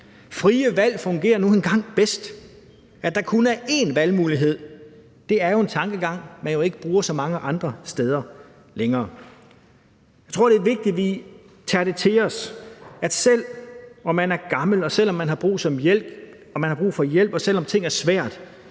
Frie valg fungerer nu engang bedst. At der kun er én valgmulighed, er jo udtryk for en tankegang, man ikke bruger så mange andre steder længere. Jeg tror, det er vigtigt, at vi tager til os, at selv om man er gammel, og selv om man har brug for hjælp, og selv om ting er svære,